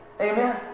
Amen